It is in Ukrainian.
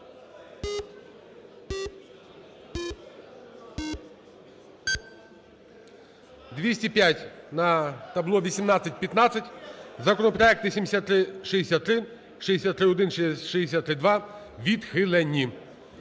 За-205 На табло 18:15. Законопроекти 7363, 63-1, 63-2 відхилені.